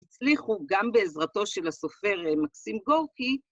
הצליחו, גם בעזרתו של הסופר מקסים גורקי,